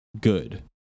good